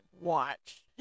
watch